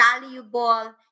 valuable